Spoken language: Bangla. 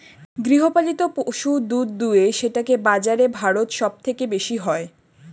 গৃহপালিত পশু দুধ দুয়ে সেটাকে বাজারে ভারত সব থেকে বেশি হয়